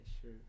sure